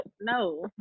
no